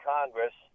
Congress